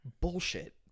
bullshit